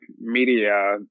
media